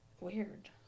Weird